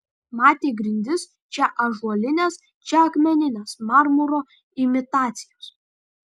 matė grindis čia ąžuolines čia akmenines marmuro imitacijos